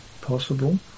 possible